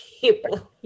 people